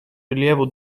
rilievo